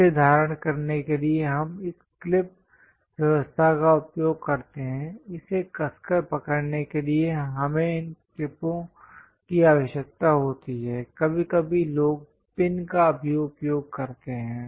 इसे धारण करने के लिए हम इस क्लिप व्यवस्था का उपयोग करते हैं इसे कसकर पकड़ने के लिए हमें इन क्लिपों की आवश्यकता होती है कभी कभी लोग पिन का भी उपयोग करते हैं